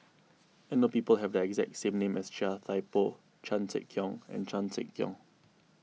I know people who have the exact same name as Chia Thye Poh Chan Sek Keong and Chan Sek Keong